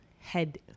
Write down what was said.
head